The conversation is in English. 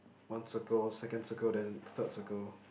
one circle second circle then the third circle